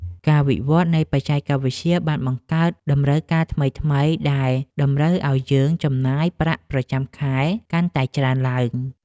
ការវិវត្តនៃបច្ចេកវិទ្យាបានបង្កើតតម្រូវការថ្មីៗដែលតម្រូវឱ្យយើងចំណាយប្រាក់ប្រចាំខែកាន់តែច្រើនឡើង។